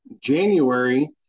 January